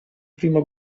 primo